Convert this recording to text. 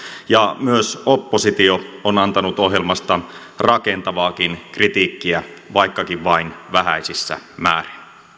ja myös oppositio on antanut ohjelmasta rakentavaakin kritiikkiä vaikkakin vain vähäisissä määrin